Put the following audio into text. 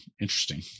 interesting